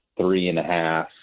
three-and-a-half